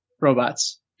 robots